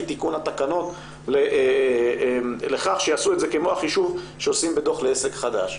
היא תיקון התקנות לכך שיעשו את זה כמו החישוב שעושים בדוח לעסק חדש.